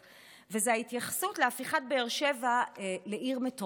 וזו ההתייחסות להפיכת באר שבע לעיר מטרופולין.